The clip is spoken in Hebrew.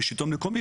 כשלטון המקומי,